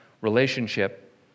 relationship